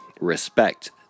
respect